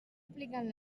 aplicant